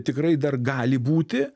tikrai dar gali būti